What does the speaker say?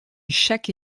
chaque